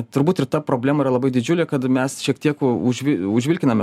turbūt ir ta problema yra labai didžiulė kad mes šiek tiek užvi užvilkiname